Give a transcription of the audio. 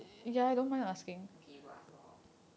okay you go ask lor